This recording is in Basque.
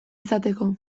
izateko